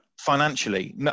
Financially